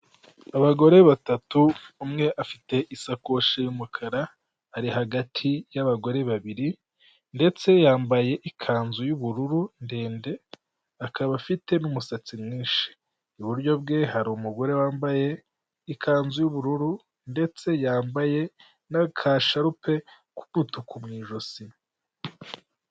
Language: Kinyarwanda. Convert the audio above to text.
Abagore batatu umwe afite isakoshi y'umukara ari hagati y'abagore babiri ndetse yambaye ikanzu y'ubururu ndende, akaba afite n'umusatsi mwinshi, iburyo bwe hari umugore wambaye ikanzu y'ubururu ndetse yambaye n'akasharupe k'umutuku mu ijosi.